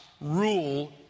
rule